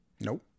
Nope